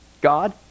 God